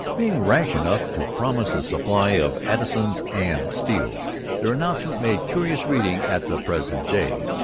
being rash enough to promise a supply of addisons and steeles. their announcement makes curious reading at the present day.